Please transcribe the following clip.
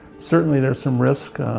certainly, there's some risk.